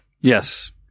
Yes